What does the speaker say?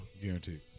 Guaranteed